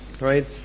right